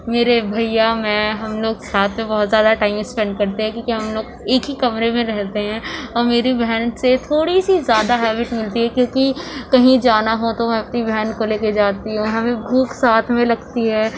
میرے بھیا میں ہم لوگ ساتھ میں بہت زیادہ ٹائم اسپینڈ کرتے ہیں کیوں کہ ہم لوگ ایک ہی کمرے میں رہتے ہیں اور میری بہن سے تھوڑی سی زیادہ ہیبٹ ملتی ہے کیوں کہ کہیں جانا ہو تو میں اپنی بہن کو لے کے جاتی ہوں ہمیں بھوک ساتھ میں لگتی ہے